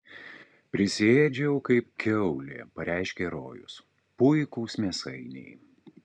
prisiėdžiau kaip kiaulė pareiškė rojus puikūs mėsainiai